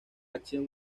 acción